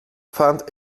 fand